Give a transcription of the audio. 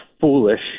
foolish